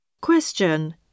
Question